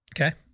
Okay